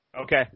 Okay